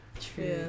True